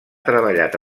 treballat